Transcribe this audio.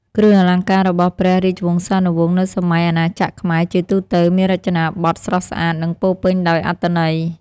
គ្រឿងអលង្ការរបស់ព្រះរាជវង្សានុវង្សនៅសម័យអាណាចក្រខ្មែរ ជាទូទៅ មានរចនាប័ទ្មស្រស់ស្អាត និងពោរពេញដោយអត្ថន័យ។